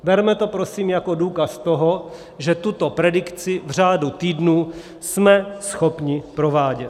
Berme to prosím jako důkaz toho, že tuto predikci v řádu týdnů jsme schopni provádět.